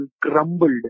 crumbled